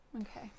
okay